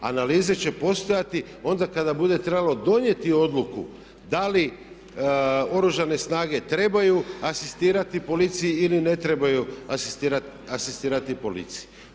Analize će postojati onda kada bude trebalo donijeti odluku da li Oružane snage trebaju asistirati policiji ili ne trebaju asistirati policiji.